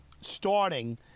starting